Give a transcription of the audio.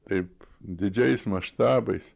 taip didžiais maštabais